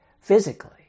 physically